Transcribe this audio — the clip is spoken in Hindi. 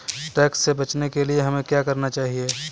टैक्स से बचने के लिए हमें क्या करना चाहिए?